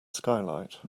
skylight